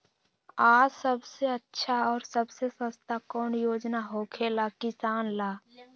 आ सबसे अच्छा और सबसे सस्ता कौन योजना होखेला किसान ला?